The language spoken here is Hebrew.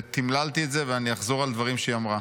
תמללתי את זה ואני אחזור על דברים שהיא אמרה: